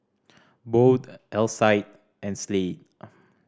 Bode Alcide and Slade